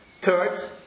Third